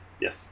Yes